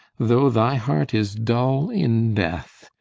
though thy heart is dull in death,